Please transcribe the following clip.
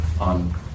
on